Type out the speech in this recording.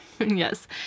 yes